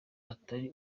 atari